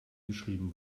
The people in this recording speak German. geschrieben